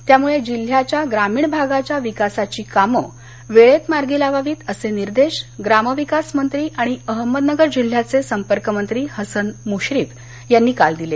त्यामुळे जिल्ह्याच्या ग्रामीण भागाच्या विकासाची कामं वेळेत मार्गी लावावीत असे निर्देश ग्रामविकास मंत्री आणि अहमदनगर जिल्ह्याचे संपर्कमंत्री हसन मुश्रीफ यांनी काल दिले